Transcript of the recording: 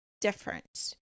different